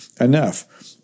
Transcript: enough